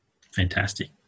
Fantastic